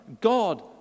God